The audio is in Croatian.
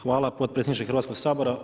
Hvala potpredsjedniče Hrvatskoga sabora.